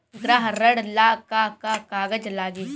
गृह ऋण ला का का कागज लागी?